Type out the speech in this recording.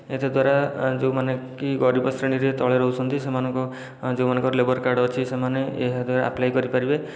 ଏତଦ୍ୱାରା ଯେଉଁମାନେ କି ଗରିବ ଶ୍ରେଣୀରେ ତଳେ ରହୁଛନ୍ତି ସେମାନଙ୍କ ଯେଉଁମାନଙ୍କର ଲେବର କାର୍ଡ଼ ଅଛି ସେମାନେ ଏହାଦ୍ୱାରା ଆପ୍ଲାଏ କରିପାରିବେ